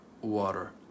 water